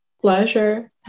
pleasure